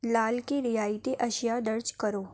لال کی رعایتی اشیاء درج کرو